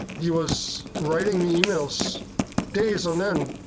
he was writing me emails days on end,